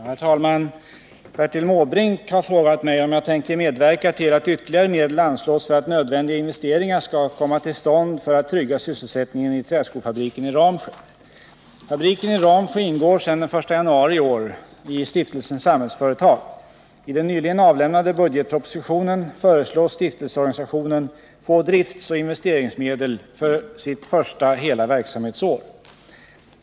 Herr talman! Bertil Måbrink har frågat mig om jag tänker medverka till att ytterligare medel anslås för att nödvändiga investeringar skall komma till stånd för att trygga sysselsättningen i träskofabriken i Ramsjö. retag. I den nyligen avlämnade budgetpropositionen föreslås stiftelseorganisationen få driftsoch investeringsmedel för sitt första hela verksamhetsår.